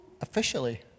officially